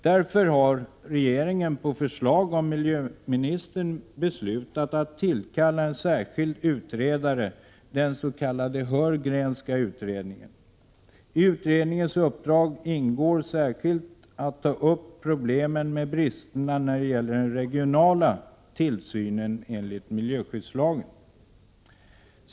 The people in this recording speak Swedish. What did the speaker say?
Därför har regeringen på förslag från miljöministern beslutat att tillsätta en särskild utredning, den s.k. Heurgrenska utredningen. I utredarens uppdrag ingår särskilt att ta upp problemen med bristerna när det gäller den regionala tillsynen enligt miljöskyddslagen.